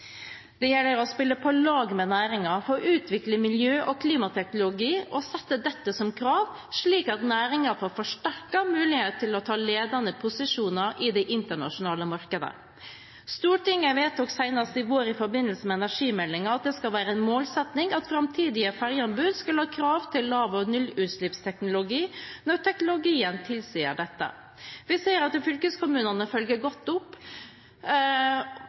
Det gjelder å spille på lag med næringen for å utvikle miljø- og klimateknologi og sette dette som krav, slik at næringen får forsterket mulighet til å ta ledende posisjoner i det internasjonale markedet. Stortinget vedtok senest i vår i forbindelse med energimeldingen at det skal være en målsetting at framtidige ferjeanbud skal ha krav til lav- og nullutslippsteknologi når teknologien tilsier dette. Vi ser at fylkeskommunene følger godt opp